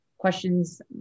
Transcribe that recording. questions